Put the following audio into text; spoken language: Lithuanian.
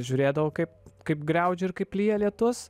žiūrėdavau kaip kaip griaudžia ir kaip lyja lietus